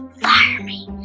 fire me!